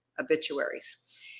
obituaries